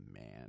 man